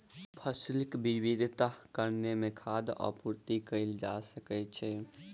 फसीलक विविधताक कारणेँ खाद्य पूर्ति कएल जा सकै छै